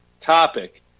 topic